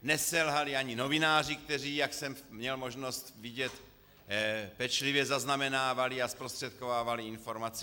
Neselhali ani novináři, kteří, jak jsem měl možnost vidět, pečlivě zaznamenávali a zprostředkovávali informace.